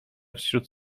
wśród